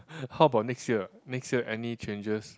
how about next year next year any changes